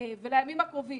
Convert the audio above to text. ולימים הקרובים,